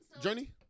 Journey